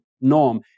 norm